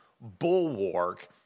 bulwark